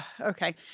okay